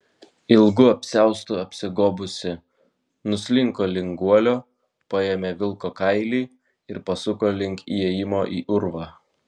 ilgu apsiaustu apsigobusi nuslinko link guolio paėmė vilko kailį ir pasuko link įėjimo į urvą